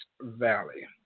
Valley